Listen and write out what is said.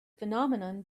phenomenon